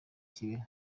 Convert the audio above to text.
kibeho